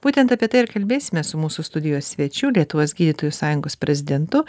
būtent apie tai ir kalbėsime su mūsų studijos svečiu lietuvos gydytojų sąjungos prezidentu